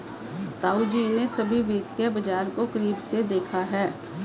ताऊजी ने सभी वित्तीय बाजार को करीब से देखा है